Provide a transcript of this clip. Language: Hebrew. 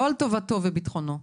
לא על טובתו וביטחונו.